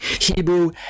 Hebrew